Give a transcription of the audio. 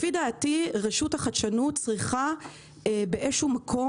לפי דעתי רשות החדשנות צריכה ללכת,